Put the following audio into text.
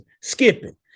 skipping